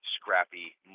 scrappy